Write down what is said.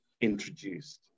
introduced